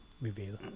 review